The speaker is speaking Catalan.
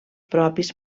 propis